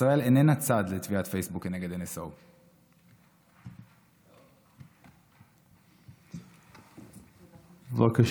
ישראל איננה צד לתביעת פייסבוק כנגד NSO. בבקשה,